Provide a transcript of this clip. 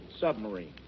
submarine